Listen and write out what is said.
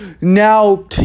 Now